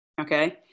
okay